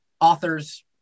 authors